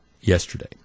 yesterday